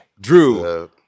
drew